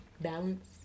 Balance